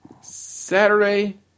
Saturday